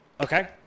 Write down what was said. Okay